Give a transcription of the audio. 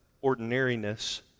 ordinariness